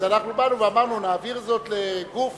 אז באנו ואמרנו: נעביר זאת לגוף